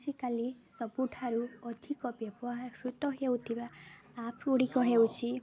ଆଜିକାଲି ସବୁଠାରୁ ଅଧିକ ବ୍ୟବହାରହୃତ ହେଉଥିବା ଆପ୍ଗୁଡ଼ିକ ହେଉଛି